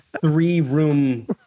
three-room